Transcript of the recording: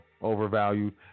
Overvalued